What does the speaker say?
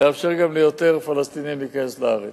לאפשר גם ליותר פלסטינים להיכנס לארץ.